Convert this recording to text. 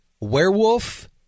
Werewolf